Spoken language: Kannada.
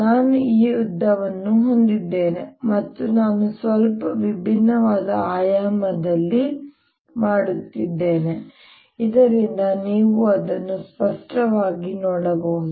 ನಾನು ಈ ಉದ್ದವನ್ನು ಹೊಂದಿದ್ದೇನೆ ಮತ್ತು ನಾನು ಸ್ವಲ್ಪ ವಿಭಿನ್ನವಾದ ಆಯಾಮದಲ್ಲಿ ಮಾಡುತ್ತಿದ್ದೇನೆ ಇದರಿಂದ ನೀವು ಅದನ್ನು ಸ್ಪಷ್ಟವಾಗಿ ನೋಡಬಹುದು